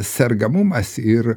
sergamumas ir